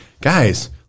guys